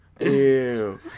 Ew